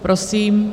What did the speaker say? Prosím.